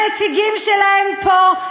הנציגים שלהם פה,